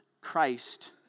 Christ